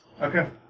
Okay